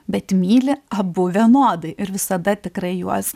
bet myli abu vienodai ir visada tikrai juos